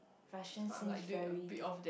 fashion sense very diff~